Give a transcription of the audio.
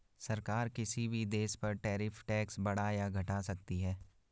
सरकार किसी भी देश पर टैरिफ टैक्स बढ़ा या घटा सकती है